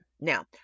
Now